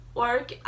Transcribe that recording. work